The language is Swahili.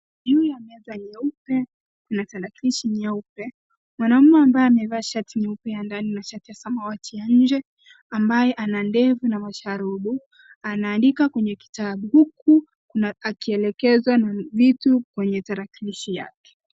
Juu ya meza nyeupe kuna tarakilishi nyeupe. Mwanaume ambaye amevaa shati nyeupe ya ndani na shati ya samawati ya nje ambaye ana ndevu na masharubu anaandika kwenye kitabu huku akielekeza na vitu kwenye tarakilishi yake.